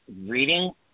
reading